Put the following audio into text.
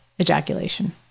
ejaculation